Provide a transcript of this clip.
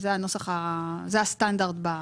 זה הסטנדרט.